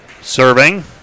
Serving